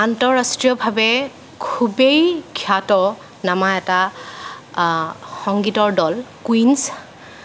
আন্ত ৰাষ্ট্ৰীয় ভাৱে খুবেই খ্যাতনামা এটা সংগীতৰ দল কুইনছ